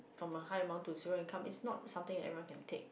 from a high amount to zero income is not something Aaron can take